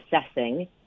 assessing